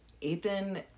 Ethan